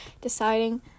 deciding